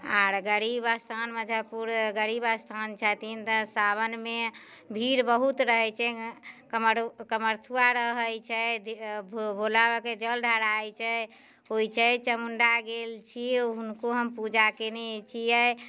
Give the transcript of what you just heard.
आओर गरीब स्थान मुजफ्फपुर गरीब स्थान छथिन तऽ सावनमे भीड़ बहुत रहै छै कमरू कमरथुआ रहै छै भोलाबाबाके जल ढ़राइ छै होइ छै चामुण्डा गेल छियै हुनको हम पूजा केने छियै